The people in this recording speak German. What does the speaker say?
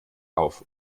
auf